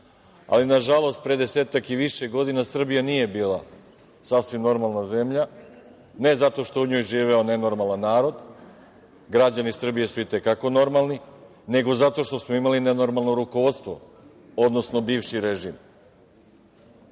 ali na žalost pre desetak i više godina Srbija nije bila sasvim normalna zemlja, ne zato što je u njoj živeo nenormalan narod, građani Srbije su i te kako normalni, nego zato što smo imali nenormalno rukovodstvo, odnosno bivši režim. Valjda